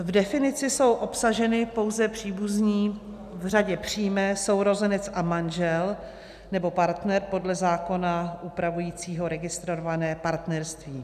V definici jsou obsaženy pouze příbuzní v řadě přímé, sourozenec a manžel nebo partner podle zákona upravujícího registrované partnerství.